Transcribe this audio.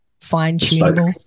fine-tunable